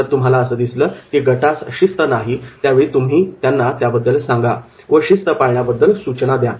जर तुम्हाला असं दिसलं की गटास शिस्त नाही त्यावेळी तुम्ही त्यांना त्याबद्दल सांगा व शिस्त पाळण्याबद्दल सूचना द्या